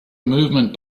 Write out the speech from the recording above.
movement